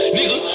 Nigga